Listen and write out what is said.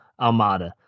almada